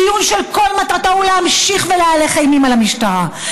דיון שכל מטרתו היא להמשיך להלך אימים על המשטרה,